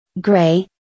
Gray